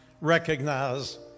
recognize